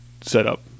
setup